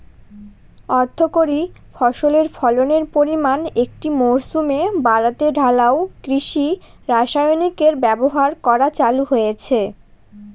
অর্থকরী ফসলের ফলনের পরিমান একটি মরসুমে বাড়াতে ঢালাও কৃষি রাসায়নিকের ব্যবহার করা চালু হয়েছে